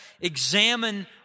examine